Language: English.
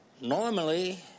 normally